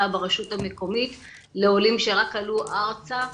ברשות המקומית לעולים שרק עלו ארצה,